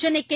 Chennai K